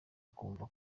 akumva